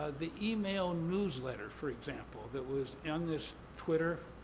the email newsletter, for example, that was in this twitter